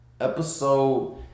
episode